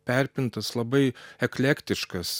perpintas labai eklektiškas